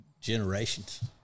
Generations